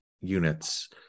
units